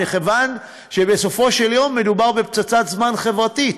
מכיוון שבסופו של דבר מדובר בפצצת זמן חברתית.